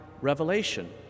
revelation